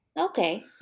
Okay